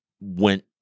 went